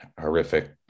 horrific